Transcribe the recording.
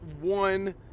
one